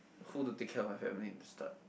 who to take care of my family in the start